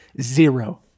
Zero